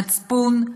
מצפון,